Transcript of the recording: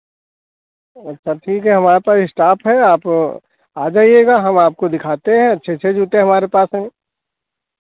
अच्छा ठीक है हमारे पास स्टाफ़ है आप आ जाइएगा हम आपको दिखाते हैं अच्छे अच्छे जूते हमारे पास हैं